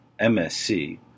MSC